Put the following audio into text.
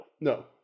no